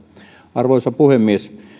arvoisa puhemies